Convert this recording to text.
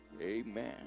Amen